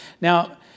Now